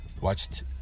watched